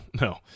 no